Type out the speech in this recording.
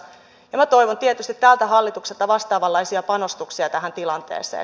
minä toivon tietysti tältä hallitukselta vastaavanlaisia panostuksia tähän tilanteeseen